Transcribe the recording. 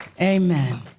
Amen